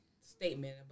statement